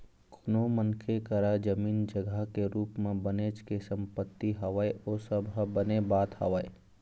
कोनो मनखे करा जमीन जघा के रुप म बनेच के संपत्ति हवय ओ सब ह बने बात हवय